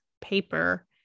paper